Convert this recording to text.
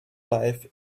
life